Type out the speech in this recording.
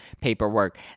paperwork